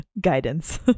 guidance